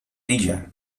idzie